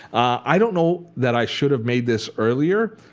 i don't know that i should've made this earlier.